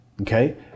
Okay